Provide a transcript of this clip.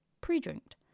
pre-drinked